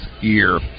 year